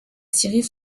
scierie